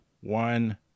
one